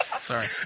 Sorry